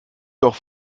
doch